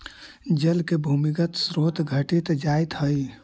जल के भूमिगत स्रोत घटित जाइत हई